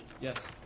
yes